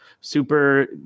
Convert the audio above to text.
super